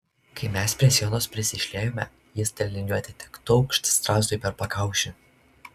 kai mes prie sienos prisišliejome jis ta liniuote tik taukšt strazdui per pakaušį